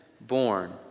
born